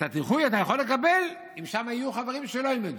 את הדיחוי אתה יכול לקבל אם שם יהיו חברים שלא ילמדו.